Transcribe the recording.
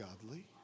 godly